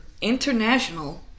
International